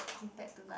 compared to like